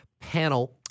panel